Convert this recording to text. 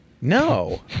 No